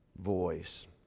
voice